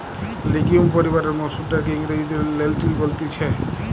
legume পরিবারের মসুর ডালকে ইংরেজিতে লেন্টিল বলতিছে